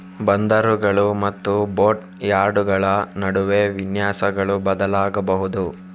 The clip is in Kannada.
ಬಂದರುಗಳು ಮತ್ತು ಬೋಟ್ ಯಾರ್ಡುಗಳ ನಡುವೆ ವಿನ್ಯಾಸಗಳು ಬದಲಾಗಬಹುದು